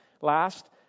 Last